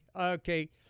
Okay